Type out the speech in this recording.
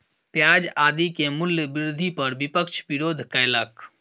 प्याज आदि के मूल्य वृद्धि पर विपक्ष विरोध कयलक